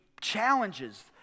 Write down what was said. challenges